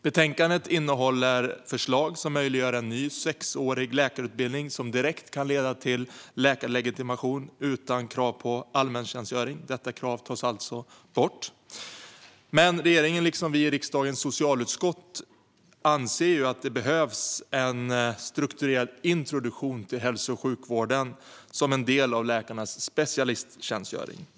Betänkandet innehåller förslag som möjliggör en ny sexårig läkarutbildning som direkt kan leda till läkarlegitimation utan krav på allmäntjänstgöring. Detta krav tas alltså bort. Men regeringen, liksom vi i riksdagens socialutskott, anser att det behövs en strukturerad introduktion till hälso och sjukvården som en del av läkarnas specialisttjänstgöring.